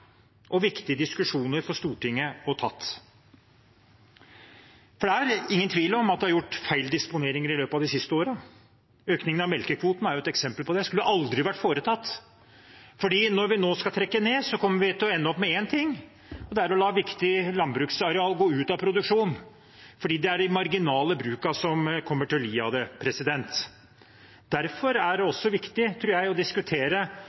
og viktige diskusjoner for Stortinget å ta. Det er ingen tvil om at det er gjort feil disponeringer i løpet av de siste årene. Økningen av melkekvotene er et eksempel på det. Det skulle aldri vært foretatt, for når vi nå skal trekke ned, kommer vi til å ende opp med én ting, og det er å la viktig landbruksareal gå ut av produksjon, for det er de marginale brukene som kommer til å lide under det. Derfor er det også viktig, tror jeg, å diskutere